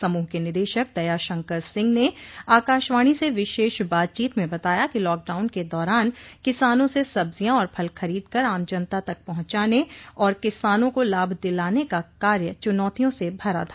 समूह के निदेशक दया शंकर सिंह ने आकाशवाणी से विशेष बातचीत में बताया कि लॉकडाउन के दौरान किसानों से सब्जियां और फल खरीदकर आम जनता तक पहुंचाने और किसानों का लाभ दिलाने का कार्य चुनौतियों से भरा था